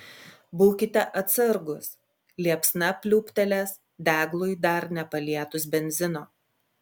būkite atsargūs liepsna pliūptelės deglui dar nepalietus benzino